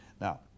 Now